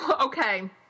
okay